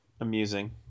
amusing